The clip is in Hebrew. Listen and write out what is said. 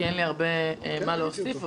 כי אין לי הרבה מה להוסיף,